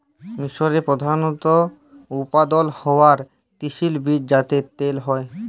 মিসরে প্রধালত উৎপাদল হ্য়ওয়া তিসির বীজ যাতে তেল হ্যয়